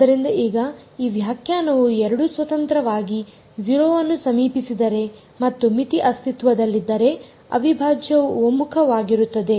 ಆದ್ದರಿಂದ ಈಗ ಈ ವ್ಯಾಖ್ಯಾನವು ಎರಡೂ ಸ್ವತಂತ್ರವಾಗಿ 0 ಅನ್ನು ಸಮೀಪಿಸಿದರೆ ಮತ್ತು ಮಿತಿ ಅಸ್ತಿತ್ವದಲ್ಲಿದ್ದರೆ ಅವಿಭಾಜ್ಯವು ಒಮ್ಮುಖವಾಗಿರುತ್ತದೆ